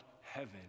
heaven